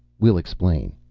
we'll explain.